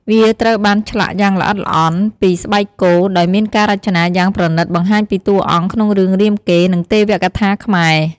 វាត្រូវបានឆ្លាក់យ៉ាងល្អិតល្អន់ពី ស្បែកគោ ដោយមានការរចនាយ៉ាងប្រណិតបង្ហាញពីតួអង្គក្នុងរឿងរាមកេរ្តិ៍ និងទេវកថាខ្មែរ។